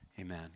amen